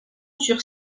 sur